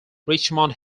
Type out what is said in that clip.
richmond